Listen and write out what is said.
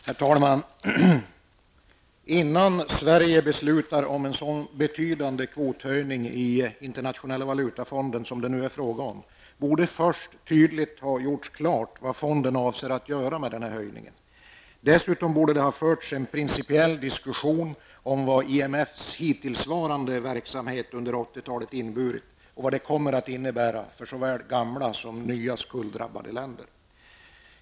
Herr talman! Innan Sverige beslutar om en så betydande kvothöjning i Internationella valutafonden som det nu är fråga om borde först tydligt ha gjorts klart vad fonden avser att göra med denna höjning. Dessutom borde det ha förts en principiell diskussion om vad IMFs hittillsvarande verksamhet under 80-talet inneburit och vad det kommer att innebära för såväl gamla som nya skulddrabbade länder.